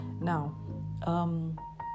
now